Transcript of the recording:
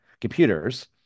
computers